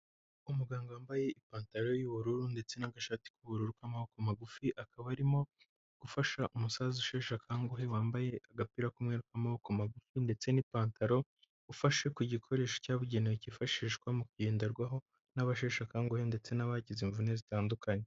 Umuganga wambaye ipantaro y'ubururu ndetse n'agashati k'ubururu k'amaboko magufi, akaba arimo gufasha umusaza usheshe akanguhe wambaye agapira k'umweru k'amaboko magufi ndetse n'ipantaro, ufashe ku gikoresho cyabugenewe kifashishwa mu kugenderwaho n'abasheshe akanguhe ndetse n'abagize imvune zitandukanye.